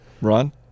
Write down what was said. Ron